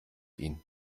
ihn